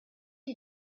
you